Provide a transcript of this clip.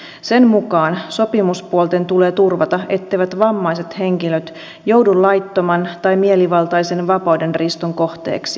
sen mukaan sopimuspuolten tulee turvata etteivät vammaiset henkilöt joudu laittoman tai mielivaltaisen vapaudenriiston kohteeksi